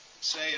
say